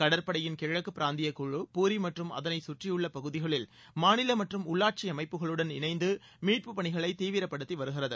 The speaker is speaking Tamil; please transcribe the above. கடற்படையின் கிழக்கு பிராந்திய குழு பூரி மற்றும் அதனைச் சுற்றியுள்ள பகுதிகளில் மாநில மற்றும் உள்ளாட்சி அமைப்புகளுடன் இணைந்து மீட்புப் பணிகளை தீவிரப்படுத்தி வருகிறது